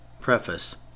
Preface